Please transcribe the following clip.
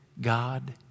God